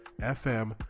FM